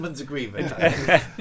agreement